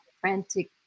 frantic